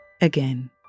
again